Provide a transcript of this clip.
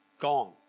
Gone